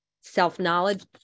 Self-knowledge